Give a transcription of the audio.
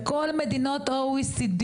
בכל מדינות OECD,